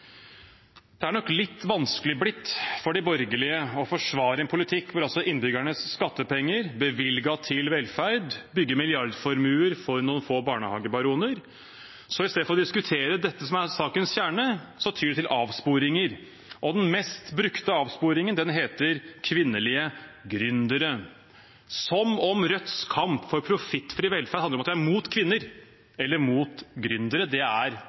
Det er nok blitt litt vanskelig for de borgerlige å forsvare en politikk der innbyggernes skattepenger bevilget til velferd bygger milliardformuer for noen få barnehagebaroner. Så i stedet for å diskutere dette som er sakens kjerne, tyr de til avsporinger. Den mest brukte avsporingen heter «kvinnelige gründere», som om Rødts kamp for profittfri velferd handler om at de er mot kvinner eller mot gründere. Det er